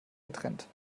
getrennt